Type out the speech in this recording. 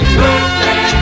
birthday